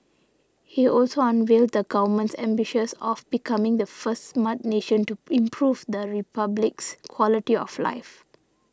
he also unveiled the Government's ambitions of becoming the first Smart Nation to improve the Republic's quality of life